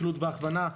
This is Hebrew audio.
שילוט והכוונה,